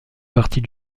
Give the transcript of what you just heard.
partie